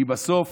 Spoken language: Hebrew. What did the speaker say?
כי בסוף